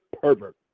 pervert